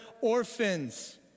orphans